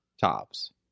tops